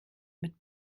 mit